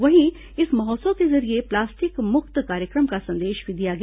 वहीं इस महोत्सव के जरिये प्लास्टिक मुक्त कार्यक्रम का संदेश भी दिया गया